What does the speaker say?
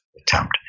attempt